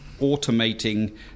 automating